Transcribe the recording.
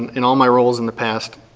and in all my roles in the past,